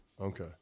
Okay